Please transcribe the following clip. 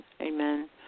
Amen